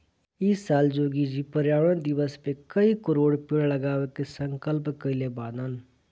इ साल योगी जी पर्यावरण दिवस पअ कई करोड़ पेड़ लगावे के संकल्प कइले बानअ